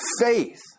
Faith